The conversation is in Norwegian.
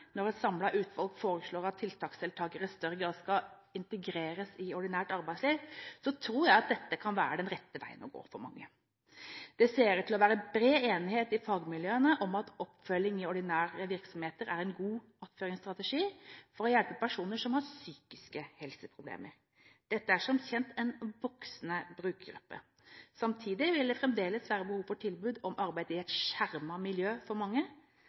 Når et samlet utvalg foreslår at tiltaksdeltakere i større grad skal integreres i ordinært arbeidsliv, tror jeg dette kan være den rette veien å gå for mange. Det ser ut til å være bred enighet i fagmiljøene om at oppfølging i ordinære virksomheter er en god attføringsstrategi for å hjelpe personer som har psykiske helseproblemer. Dette er som kjent en voksende brukergruppe. Samtidig vil det fremdeles være behov for tilbud om arbeid i et skjermet miljø for mange,